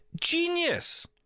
Genius